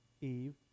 Eve